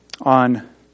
on